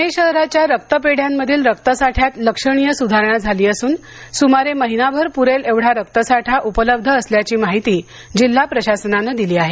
पुणे शहराच्या रक्तपेढयांमधील रक्त साठ्यात लक्षणीय सुधारणा झाली असून सुमारे महिनाभर पुरेल एवढा रक्तसाठा उपलब्ध असल्याची माहिती जिल्हा प्रशासनानं दिली आहे